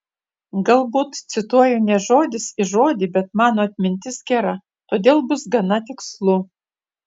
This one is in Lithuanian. galbūt cituoju ne žodis į žodį bet mano atmintis gera todėl bus gana tikslu